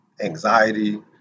anxiety